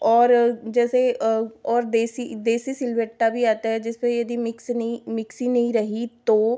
और जैसे और देशी देशी सिलवट्टा भी आता है जिस पर यदि मिक्स नहीं मिक्सी नहीं रही तो